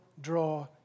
draw